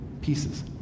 pieces